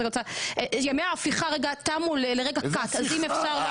ימי ההפיכה תמו לרגע קט --- איזה הפיכה?